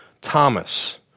Thomas